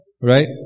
right